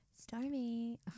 Stormy